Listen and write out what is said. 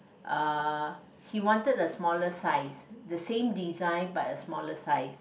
uh he wanted the smaller size the same design but a smaller size